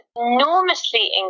enormously